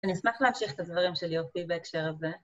אני אשמח להמשיך את הדברים של יופי בהקשר הזה.